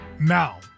Now